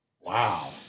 Wow